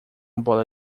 bola